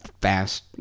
fast